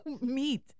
meat